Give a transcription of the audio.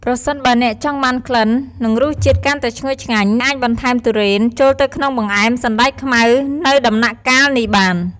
ប្រសិនបើអ្នកចង់បានក្លិន និងរសជាតិកាន់តែឈ្ងុយឆ្ងាញ់ អាចបន្ថែមធុរេនចូលទៅក្នុងបង្អែមសណ្ដែកខ្មៅនៅដំណាក់កាលនេះបាន។